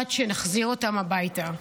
עד שנחזיר אותם הביתה.